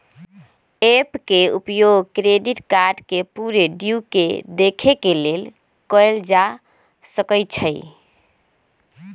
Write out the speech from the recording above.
app के उपयोग credit card के पूरे ड्यू के देखे के लेल कएल जा सकइ छै